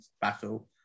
battle